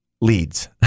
leads